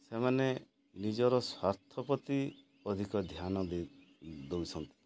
ସେମାନେ ନିଜର ସ୍ୱାର୍ଥ ପ୍ରତି ଅଧିକ ଧ୍ୟାନ ଦେଇ ଦେଉଛନ୍ତି